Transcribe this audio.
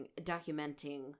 documenting